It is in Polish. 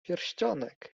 pierścionek